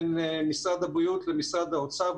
בין משרד הבריאות למשרד האוצר,